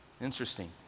Interesting